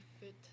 fit